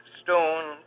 stone